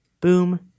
Boom